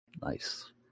Nice